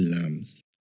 lambs